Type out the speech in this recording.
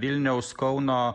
vilniaus kauno